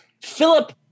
Philip